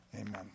amen